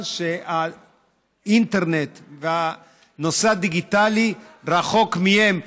שהאינטרנט והנושא הדיגיטלי רחוק ממנה.